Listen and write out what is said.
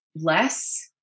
less